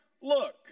look